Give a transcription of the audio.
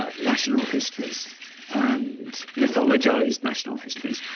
ah national histories and mythologized national histories,